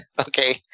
Okay